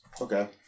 okay